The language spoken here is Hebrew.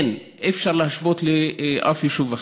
אין, אי-אפשר להשוות לאף יישוב אחר.